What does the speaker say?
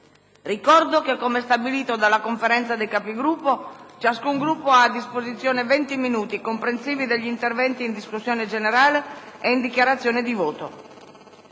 Ricordo che, come stabilito dalla Conferenza dei Capigruppo, ciascun Gruppo ha a disposizione 20 minuti, comprensivi degli interventi in discussione generale ed in dichiarazione di voto.